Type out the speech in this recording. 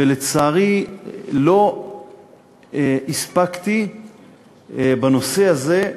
ולצערי לא הספקתי בנושא הזה,